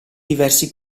diversi